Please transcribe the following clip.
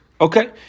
Okay